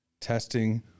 testing